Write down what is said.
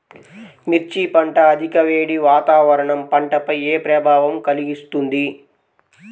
మిర్చి పంట అధిక వేడి వాతావరణం పంటపై ఏ ప్రభావం కలిగిస్తుంది?